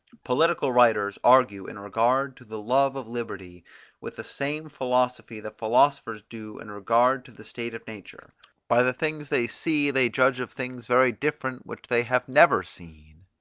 political writers argue in regard to the love of liberty with the same philosophy that philosophers do in regard to the state of nature by the things they see they judge of things very different which they have never seen,